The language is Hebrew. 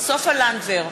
סופה לנדבר,